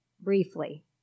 briefly